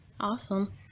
Awesome